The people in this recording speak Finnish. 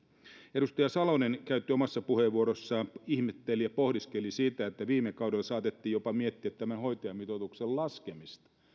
edustaja salonen omassa puheenvuorossaan ihmetteli ja pohdiskeli sitä että viime kaudella saatettiin miettiä jopa tämän hoitajamitoituksen laskemista